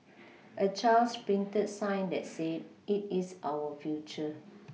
a child's printed sign that said it is our future